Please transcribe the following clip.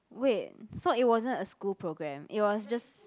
wait so it wasn't a school program it was just